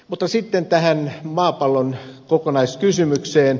mutta sitten tähän maapallon kokonaiskysymykseen